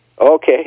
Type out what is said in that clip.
okay